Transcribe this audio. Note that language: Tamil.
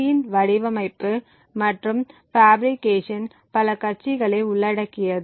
யின் வடிவமைப்பு மற்றும் பாஃபிரிகேஷன் பல கட்சிகளை உள்ளடக்கியது